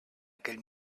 aquell